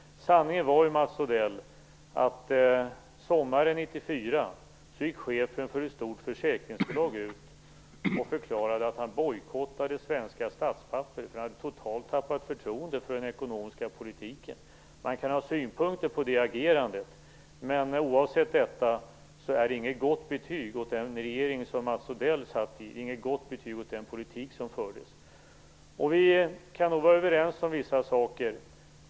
Sanningen var den, Mats Odell, att chefen för ett stort försäkringsbolag sommaren 1994 förklarade att han bojkottade svenska statspapper. Han hade totalt tappat förtroendet för den ekonomiska politiken. Man kan ha synpunkter på det agerandet, men det är ändå inget gott betyg åt den regering som Mats Odell satt i och åt den politik som fördes. Vi kan nog vara överens om vissa saker.